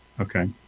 Okay